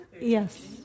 Yes